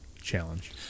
challenge